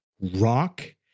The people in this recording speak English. rock